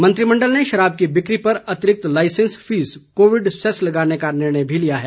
मंत्रिमंडल ने शराब की बिक्री पर अतिरिक्त लाईसेंस फीस कोविड सेस लगाने का निर्णय भी लिया है